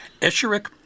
Escherich